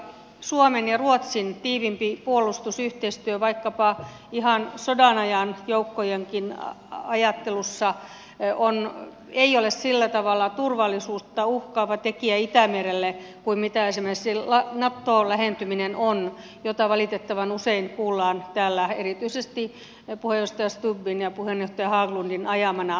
suomen ja ruotsin tiiviimpi puolustusyhteistyö vaikkapa ihan sodan ajan joukkojenkin ajattelussa ei ole sillä tavalla turvallisuutta uhkaava tekijä itämerelle kuin on esimerkiksi naton lähentyminen jota valitettavan usein kuullaan täällä erityisesti puheenjohtaja stubbin ja puheenjohtaja haglundin ajamana